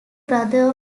brother